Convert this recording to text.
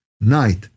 night